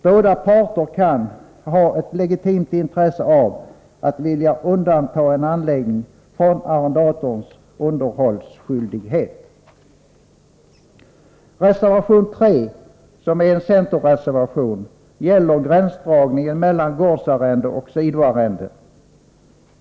Båda parter kan ha ett legitimt intresse av att vilja undanta en anläggning från arrendators underhållsskyldighet. Reservation 3, som är en centerreservation, gäller gränsdragningen mellan gårdsarrende och sidoarrende.